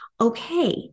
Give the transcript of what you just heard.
Okay